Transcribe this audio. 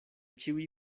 ĉiuj